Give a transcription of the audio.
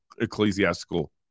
ecclesiastical